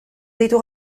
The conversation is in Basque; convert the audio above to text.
ditu